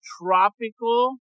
tropical